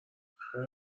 خیر